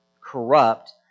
corrupt